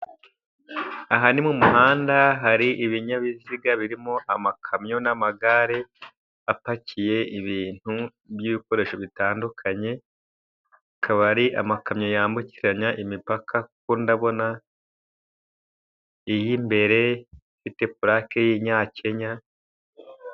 Aha ni mu muhanda, hari ibinyabiziga birimo amakamyo n'amagare apakiye ibintu by'ibikoresho bitandukanye, akaba ari amakamyo yambukiranya imipaka, kuko ndabona iy'imbere ifite purake y'Inyakenya.